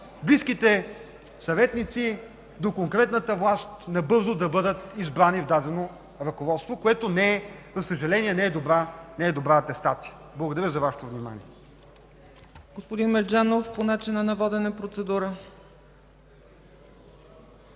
близките съветници до конкретната власт набързо да бъдат избрани в дадено ръководство, което, за съжаление, не е добра атестация. Благодаря за Вашето внимание.